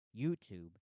YouTube